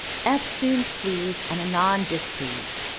eftsoons pleased, and anon displeased,